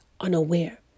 unaware